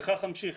וכך אמשיך,